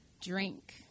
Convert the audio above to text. Drink